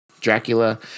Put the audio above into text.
Dracula